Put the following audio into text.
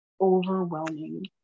overwhelming